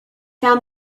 found